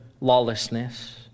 lawlessness